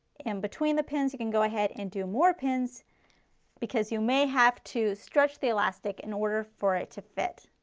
and between the pins, you can go ahead and do more pins because you may have to stretch the elastic in order for it to fit,